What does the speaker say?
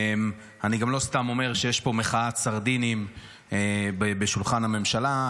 אני גם לא סתם אומר שיש פה מחאת סרדינים בשולחן הממשלה.